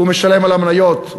הוא משלם על המניות,